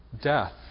death